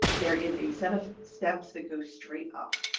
there is a set of steps that go straight up.